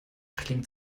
klingt